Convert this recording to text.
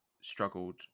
struggled